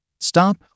Stop